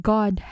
God